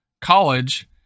college